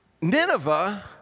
Nineveh